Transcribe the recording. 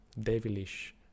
devilish